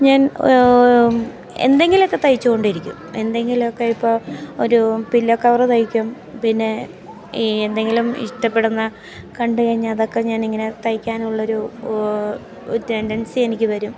ഞാൻ എന്തെങ്കിലും ഒക്കെ തയ്ച്ചോണ്ടിരിക്കും എന്തെങ്കിലും ഒക്കെ ഇപ്പം ഒരു പില്ലോ കവറ് തയ്ക്കും പിന്നെ ഈ എന്തെങ്കിലും ഇഷ്ടപ്പെടുന്ന കണ്ട് കഴിഞ്ഞാൽ അത് ഒക്കെ ഞാൻ ഇങ്ങനെ തയ്ക്കാനുള്ള ഒരു ഒരു ടെൻറ്റൻസി എനിക്ക് വരും